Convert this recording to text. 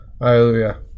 Hallelujah